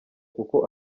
kuko